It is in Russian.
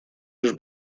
лишь